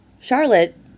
Charlotte